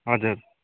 हजुर